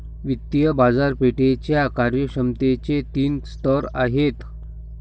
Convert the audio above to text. वित्तीय बाजारपेठेच्या कार्यक्षमतेचे तीन स्तर आहेत